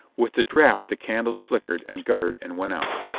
with the draft the candles flickered and guttered and went out,